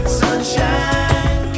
sunshine